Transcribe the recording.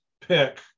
pick